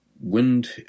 wind